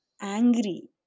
angry